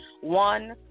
one